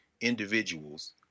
individuals